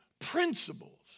principles